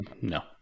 No